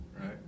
right